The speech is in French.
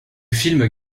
film